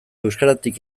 euskaratik